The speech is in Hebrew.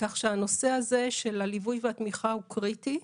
כך שהנושא הזה של הליווי והתמיכה הוא קריטי.